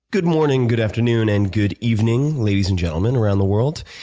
good morning, good afternoon, and good evening, ladies and gentlemen around the world.